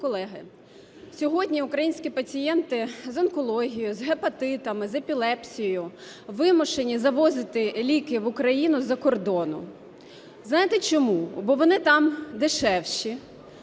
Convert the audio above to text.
сьогодні українські пацієнти з онкологією, з гепатитами, з епілепсією вимушені завозити ліки в Україну з-за кордону. Знаєте, чому? Бо вони там дешевші